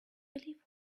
believe